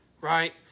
right